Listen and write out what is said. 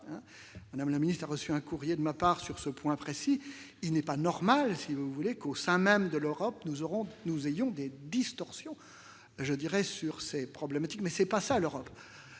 madame la minute a reçu un courrier de ma part sur ce point précis, il n'est pas normal si vous voulez qu'au sein même de l'Europe, nous aurons, nous ayons des distorsions je dirais sur ces problématiques, mais c'est pas ça l'Europe,